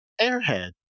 Airhead